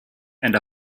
and